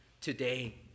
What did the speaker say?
today